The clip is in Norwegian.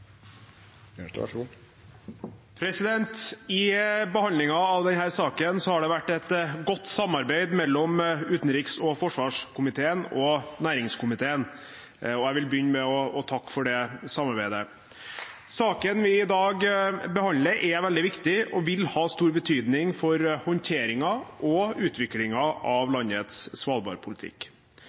det vært et godt samarbeid mellom utenriks- og forsvarskomiteen og næringskomiteen, og jeg vil begynne med å takke for det samarbeidet. Saken vi behandler i dag, er veldig viktig og vil ha stor betydning for håndteringen og utviklingen av landets